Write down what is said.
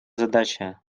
задача